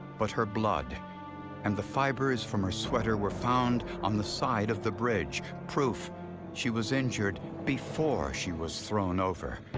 but her blood and the fibers from her sweater were found on the side of the bridge proof she was injured before she was thrown over,